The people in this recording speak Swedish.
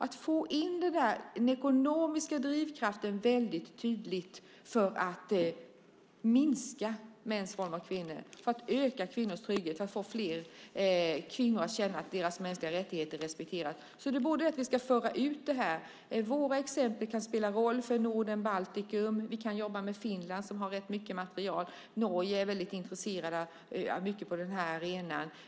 Det gäller att på ett mycket tydligt sätt få in den ekonomiska drivkraften för att minska mäns våld mot kvinnor, öka kvinnors trygghet och få fler kvinnor att känna att deras mänskliga rättigheter respekteras. Det handlar alltså om att föra ut frågan. Våra exempel kan spela roll för Norden och Baltikum. Vi kan jobba med Finland, som har rätt mycket material. Norge är väldigt intresserat av det som pågår på denna arena.